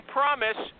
promise